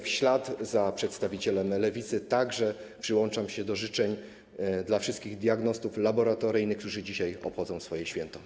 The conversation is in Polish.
W ślad za przedstawicielem Lewicy przyłączam się także do życzeń dla wszystkich diagnostów laboratoryjnych, którzy dzisiaj obchodzą swoje święto.